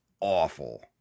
awful